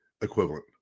equivalent